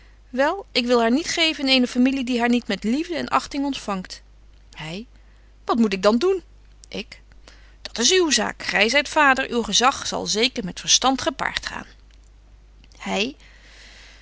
wel ik wil haar niet geven in eene familie die haar niet met liefde en achting ontfangt hy wat moet ik dan doen ik dat's uw zaak gy zyt vader uw gezag zal zeker met verstand gepaart gaan hy